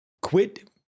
Quit